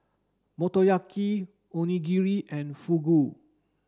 Motoyaki Onigiri and Fugu